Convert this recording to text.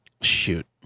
shoot